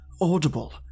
audible